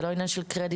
זה לא עניין של קרדיט,